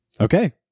Okay